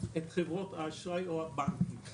את חברות האשראי או הבנקים